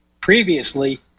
previously